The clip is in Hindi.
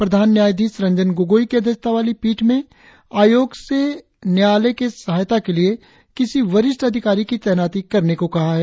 प्रधान न्यायाधीश रंजन गोगोई की अध्यक्षता वाली पीठ में आयोग से न्यायालय के सहायता के लिए किसी वरिष्ठ अधिकारी की तैनाती करने को कहा है